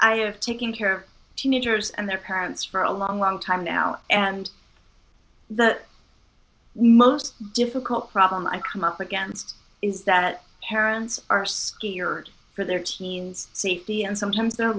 have taken care of teenagers and their parents for a long long time now and the most difficult problem i come up against is that parents are skeered for their teens safety and sometimes their